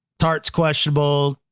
tarts questionable.